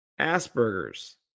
Asperger's